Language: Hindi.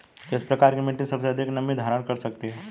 किस प्रकार की मिट्टी सबसे अधिक नमी धारण कर सकती है?